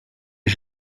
est